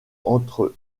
entre